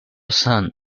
son